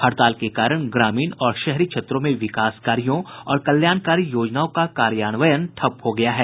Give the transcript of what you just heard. हड़ताल के कारण ग्रामीण और शहरी क्षेत्रों में विकास कार्यो और कल्याणकारी योजनाओं का कार्यान्वयन ठप हो गया है